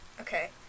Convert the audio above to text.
Okay